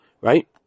right